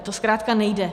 To zkrátka nejde.